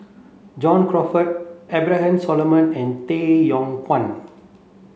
John Crawfurd Abraham Solomon and Tay Yong Kwang